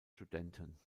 studenten